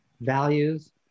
values